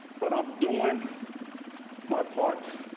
but i'm doing my part